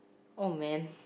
old man